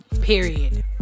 period